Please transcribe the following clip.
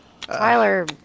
Tyler